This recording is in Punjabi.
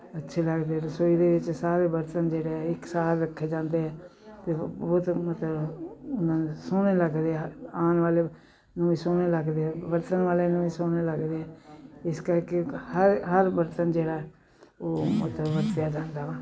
ਅੱਛੇ ਲੱਗਦੇ ਰਸੋਈ ਦੇ ਵਿੱਚ ਸਾਰੇ ਬਰਤਨ ਜਿਹੜੇ ਹੈ ਇਕ ਸਾਰ ਰੱਖੇ ਜਾਂਦੇ ਆ ਅਤੇ ਬਹੁਤ ਮਤਲਬ ਉਹ ਨਾ ਸੋਹਣੇ ਲੱਗਦੇ ਆ ਆਉਣ ਵਾਲੇ ਨੂੰ ਵੀ ਸੋਹਣੇ ਲੱਗਦੇ ਬਰਤਨ ਵਾਲੇ ਨੂੰ ਵੀ ਸੋਹਣੇ ਲੱਗਦੇ ਆ ਇਸ ਕਰਕੇ ਹਰ ਹਰ ਬਰਤਨ ਜਿਹੜਾ ਉਹ ਮਤਲਬ ਵਰਤਿਆ ਜਾਂਦਾ ਵਾ